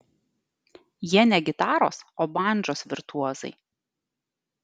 jie ne gitaros o bandžos virtuozai